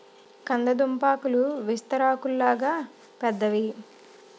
కంద దుంపాకులు విస్తరాకుల్లాగా పెద్దవి